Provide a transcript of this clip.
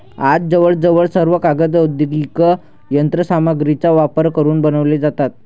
आज जवळजवळ सर्व कागद औद्योगिक यंत्र सामग्रीचा वापर करून बनवले जातात